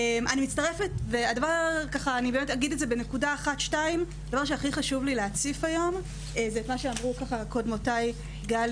הדבר שהכי חשוב לי להציף היום זה את מה שאמרו קודמותיי גלי